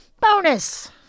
Bonus